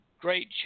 great